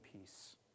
peace